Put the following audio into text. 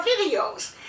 videos